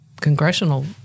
congressional